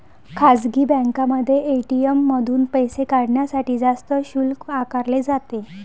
खासगी बँकांमध्ये ए.टी.एम मधून पैसे काढण्यासाठी जास्त शुल्क आकारले जाते